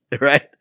right